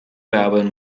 album